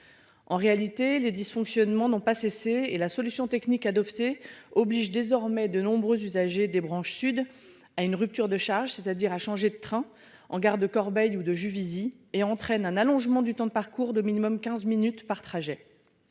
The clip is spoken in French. En réalité les dysfonctionnements n'ont pas cessé. Et la solution technique adoptée oblige désormais de nombreux usagers des branches sud à une rupture de charge, c'est-à-dire à changer de train en gare de Corbeil ou de Juvisy et entraîne un allongement du temps de parcours de minimum 15 minutes par trajet.